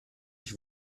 ich